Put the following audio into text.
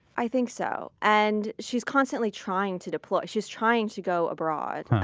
i think so, and she's constantly trying to deploy. she's trying to go abroad,